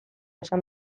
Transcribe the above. esan